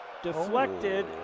deflected